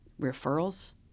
referrals